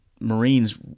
Marines